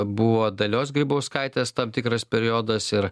buvo dalios grybauskaitės tam tikras periodas ir